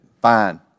Fine